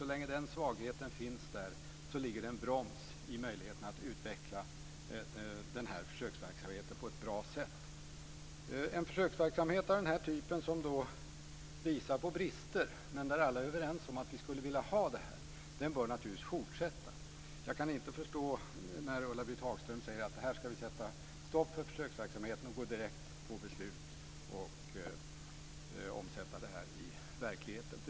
Så länge den svagheten finns där ligger det en broms för möjligheterna att utveckla försöksverksamheten på ett bra sätt. En försöksverksamhet av den här typen, som visar på brister men där alla är överens om att vi skulle vilja ha det här, bör naturligtvis fortsätta. Jag kan inte förstå när Ulla-Britt Hagström säger att vi ska sätta stopp för försöksverksamheten och gå direkt på beslut och omsätta det här i verkligheten.